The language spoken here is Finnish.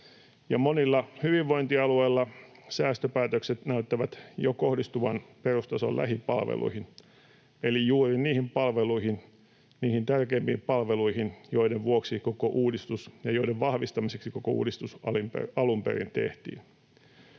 Monilla hyvinvointialueilla säästöpäätökset näyttävät jo kohdistuvan perustason lähipalveluihin, eli juuri niihin tärkeimpiin palveluihin, joiden vahvistamiseksi koko uudistus alun perin tehtiin.